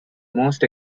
most